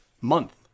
month